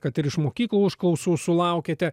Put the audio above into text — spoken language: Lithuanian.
kad ir iš mokyklų užklausų sulaukiate